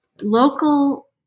local